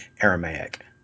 Aramaic